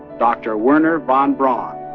dr. wernher von braun